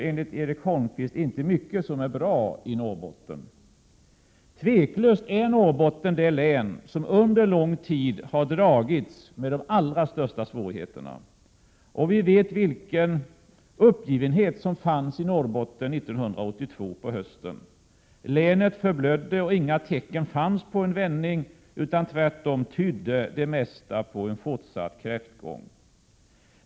Enligt Erik Holmkvist finns det ju inte mycket som är bra i Norrbotten. Utan tvivel är Norrbotten det län som under lång tid har dragits med de allra största svårigheterna, och vi vet vilken uppgivenhet som fanns i Norrbotten på hösten 1982. Länet förblödde och inga tecken fanns på en vändning. Tvärtom tydde det mesta på en fortsatt kräftgång.